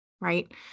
right